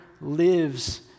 lives